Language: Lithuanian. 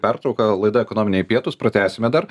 pertrauką laida ekonominiai pietūs pratęsime dar